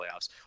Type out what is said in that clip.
playoffs